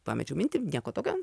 pamečiau mintį nieko tokio